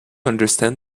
understand